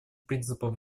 принципом